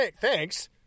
thanks